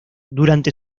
durante